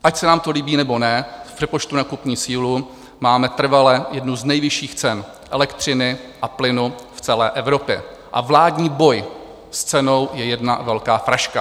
Ať se nám to líbí, nebo ne, v přepočtu na kupní sílu máme trvale jednu z nejvyšších cen elektřiny a plynu v celé Evropě a vládní boj s cenou je jedna velká fraška.